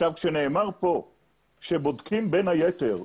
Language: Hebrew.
עכשיו, כשנאמר פה שבודקים בין היתר,